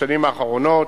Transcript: בשנים האחרונות,